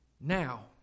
Now